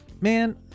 man